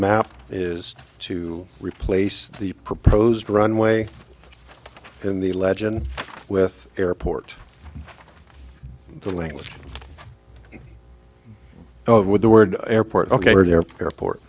map is to replace the proposed runway in the legend with airport the language of what the word airport ok are there are port